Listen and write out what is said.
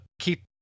keep